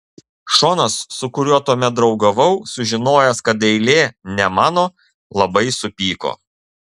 šonas su kuriuo tuomet draugavau sužinojęs kad eilė ne mano labai supyko